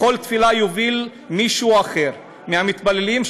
בכל תפילה יוביל מישהו אחר מהמתפללים,